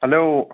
hello